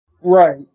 Right